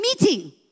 meeting